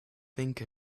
think